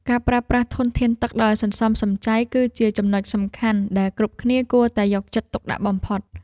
ការប្រើប្រាស់ធនធានទឹកដោយសន្សំសំចៃ គឺជាចំណុចសំខាន់ដែលគ្រប់គ្នាគួរតែយកចិត្តទុកដាក់បំផុត។